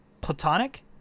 platonic